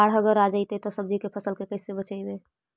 बाढ़ अगर आ जैतै त सब्जी के फ़सल के कैसे बचइबै?